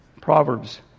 Proverbs